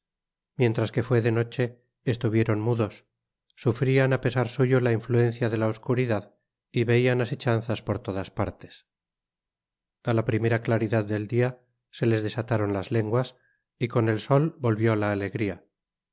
mientras que fué de noche estuvieron mudos sufrían apesar suyo la influencia de la oscuridad y veian acechanzas por todas partes a la primera claridad del dia se les desataron las lenguas y con el sol volvió la alegría